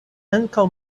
ankaŭ